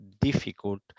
difficult